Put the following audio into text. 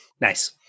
Nice